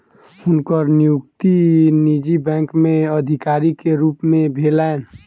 हुनकर नियुक्ति निजी बैंक में अधिकारी के रूप में भेलैन